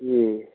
जी